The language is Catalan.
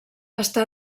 està